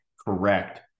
correct